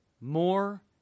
more